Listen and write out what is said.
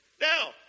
Now